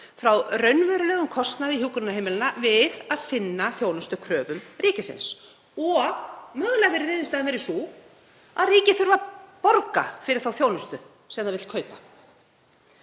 og raunverulegum kostnaði hjúkrunarheimila við að sinna þjónustukröfum ríkisins. Mögulega hefur niðurstaðan líka verið sú að ríkið þurfi að borga fyrir þá þjónustu sem það vill kaupa.